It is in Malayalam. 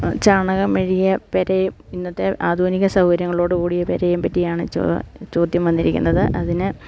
ചാണകം മെഴികിയ പെരയും ഇന്നത്തെ ആധുനിക സൗകര്യങ്ങളോടുകൂടിയ പെരയും പറ്റിയാണ് ചോദ്യം വന്നിരിക്കുന്നത് അതിന്